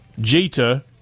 Jeter